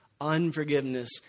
unforgiveness